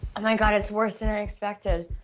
my god, it's worse than i expected.